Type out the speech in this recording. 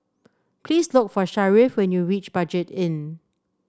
please look for Sharif when you reach Budget Inn